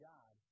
God